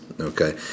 Okay